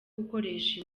gukoresha